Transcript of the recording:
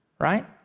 Right